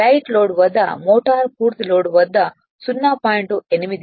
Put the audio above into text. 'light load వద్ద motor పూర్తి load వద్ద 0